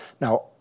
Now